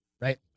right